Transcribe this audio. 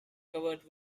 covered